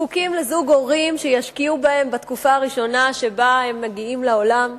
זקוקים לזוג הורים שישקיעו בהם בתקופה הראשונה שבה הם מגיעים לעולם.